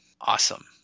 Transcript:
Awesome